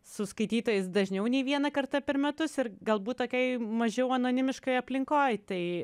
su skaitytojais dažniau nei vieną kartą per metus ir galbūt tokioj mažiau anonimiškoj aplinkoj tai